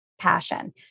passion